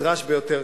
נדרש ביותר,